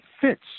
fits